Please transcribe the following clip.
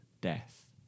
death